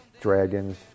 Dragons